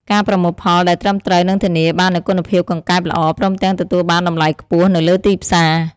ការប្រមូលផលដែលត្រឹមត្រូវនឹងធានាបាននូវគុណភាពកង្កែបល្អ ព្រមទាំងទទួលបានតម្លៃខ្ពស់នៅលើទីផ្សារ។